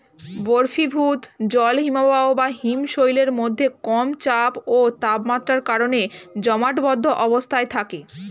বরফীভূত জল হিমবাহ বা হিমশৈলের মধ্যে কম চাপ ও তাপমাত্রার কারণে জমাটবদ্ধ অবস্থায় থাকে